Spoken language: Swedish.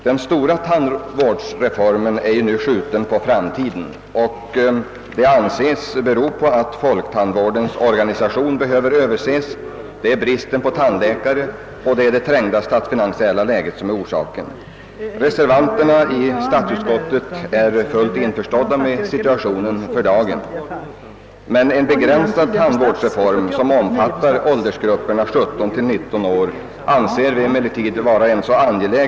Den stora tandvårdsreformen är ju nu skjuten på framtiden, vilket anses bero på att folktandvårdens organisation behöver överses, på bristen på tandläkare och på det trängda statsfinansiella läget. Reservanterna är fullt införstådda med situationen för dagen. Vi anser emellertid en begränsad tandvårdsreform, som omfattar gruppen 17-—19 år, vara mycket angelägen.